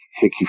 Hickey